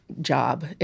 job